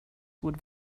would